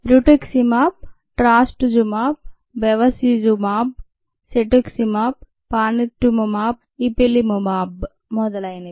rituximab trastuzumab bevacizumab cetuximab panitumumab ipilimumab మొదలైనవి